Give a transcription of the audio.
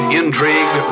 intrigue